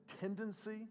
tendency